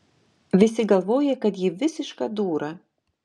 visi galvoja kad ji visiška dūra